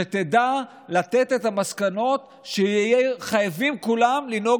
שתדע לתת את המסקנות שיהיו חייבים כולם לנהוג